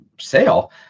sale